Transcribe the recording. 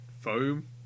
foam